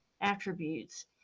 attributes